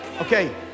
Okay